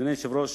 אדוני היושב-ראש,